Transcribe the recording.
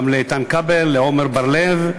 לאיתן כבל, לעמר בר-לב,